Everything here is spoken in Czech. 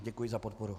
Děkuji za podporu.